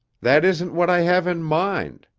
that isn't what i have in mind.